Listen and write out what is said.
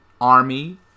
Army